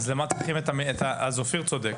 אם כן, אופיר צודק